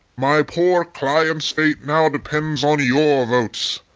my poor client's fate now depends on your votes.